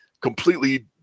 completely